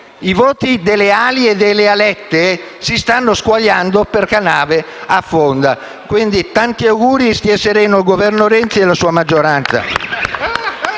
i voti delle "ali" e delle "alette" si stanno squagliando, perché la nave affonda. Tanti auguri; stia sereno il Governo Renzi e così la sua maggioranza.